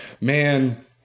man